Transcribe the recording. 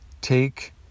take